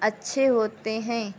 اچھے ہوتے ہیں